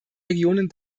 regionen